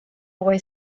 boy